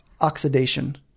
oxidation